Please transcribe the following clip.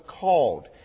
called